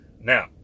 Now